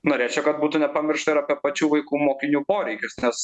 norėčiau kad būtų nepamiršta ir apie pačių vaikų mokinių poreikius nes